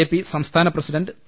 JP സംസ്ഥാന president P